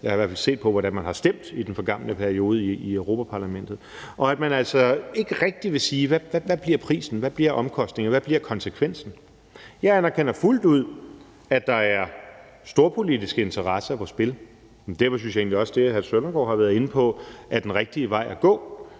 jeg har i hvert fald set på, hvordan man har stemt i den forgangne periode i Europa-Parlamentet. Man vil altså ikke rigtig sige, hvad prisen bliver, hvad omkostningerne bliver, og hvad konsekvensen bliver. Jeg anerkender fuldt ud, at der er storpolitiske interesser på spil. Derfor synes jeg egentlig også, at det, hr. Søren Søndergaard har været inde på, er den rigtige vej at gå,